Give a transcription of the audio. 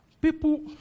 People